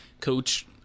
coach